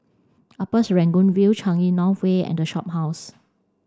Upper Serangoon View Changi North Way and The Shophouse